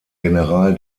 general